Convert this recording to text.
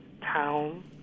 town